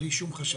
בלי שום חשד.